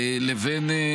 אני אומרת,